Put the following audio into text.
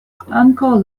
ankaŭ